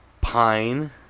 pine